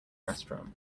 restaurant